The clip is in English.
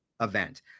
event